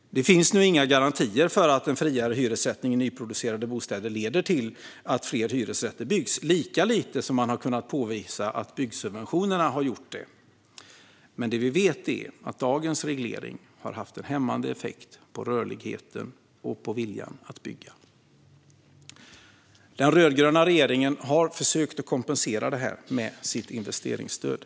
Det finns nu inga garantier för att en friare hyressättning för nyproducerade bostäder leder till att fler hyresrätter byggs, lika lite som man har kunnat påvisa att byggsubventionerna har lett till det. Men det vi vet är att dagens reglering har haft en hämmande effekt på rörligheten och på viljan att bygga. Den rödgröna regeringen har försökt kompensera detta med sitt investeringsstöd.